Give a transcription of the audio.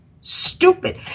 stupid